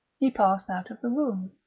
he passed out of the room.